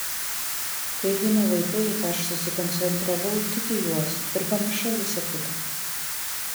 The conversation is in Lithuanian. kai gimė vaikai aš susikoncentravau tik į juos ir pamiršau visa kita